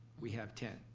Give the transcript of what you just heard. we have ten.